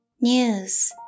News